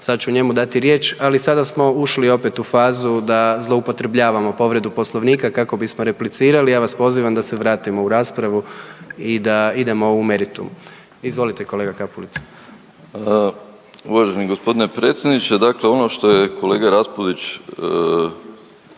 sad ću njemu dati riječ, ali sada smo ušli opet u fazu da zloupotrebljavamo povredu Poslovnika kako bismo replicirali. Ja vas pozivam da se vratimo u raspravu i da idemo u meritum. Izvolite kolega Kapulica. **Kapulica, Mario (HDZ)** Uvaženi g. predsjedniče, dakle ono što je kolega Raspudić